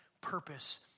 purpose